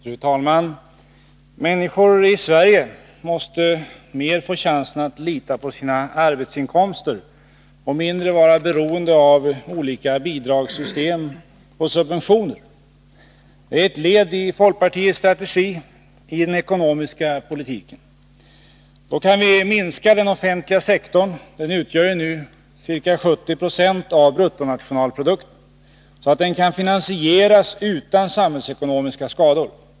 Fru talman! Människor i Sverige måste mer få chansen att lita på sina egna arbetsinkomster och mindre vara beroende av olika bidragssystem och subventioner. Det är ett led i folkpartiets strategi iden ekonomiska politiken. Då kan vi minska den offentliga sektorn — den utgör nu 70960 av bruttonationalprodukten — så att den kan finansieras utan samhällsekonomiska skador.